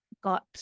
got